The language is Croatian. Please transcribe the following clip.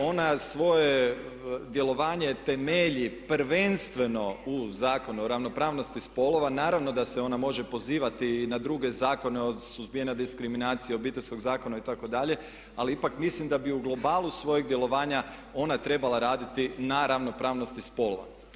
Ona svoje djelovanje temelji prvenstveno uz Zakon o ravnopravnosti spolova, naravno da se ona može pozivati na druge zakone o suzbijanju diskriminacije, Obiteljskog zakona itd. ali ipak mislim da bi u globalu svojeg djelovanja ona trebala raditi na ravnopravnosti spolova.